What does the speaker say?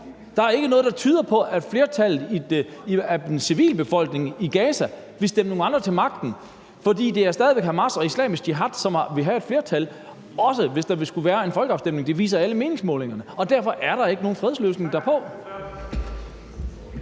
der er ikke noget, der tyder på, at flertallet af civilbefolkningen i Gaza vil stemme nogle andre til magten. For det ville stadig væk være Hamas og Islamisk Jihad, som ville have et flertal, også hvis der ville skulle være en folkeafstemning. Det viser alle meningsmålingerne, og derfor er der ikke nogen fredsløsning derpå.